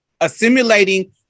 assimilating